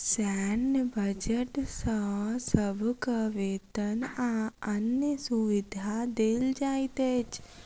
सैन्य बजट सॅ सभक वेतन आ अन्य सुविधा देल जाइत अछि